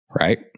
Right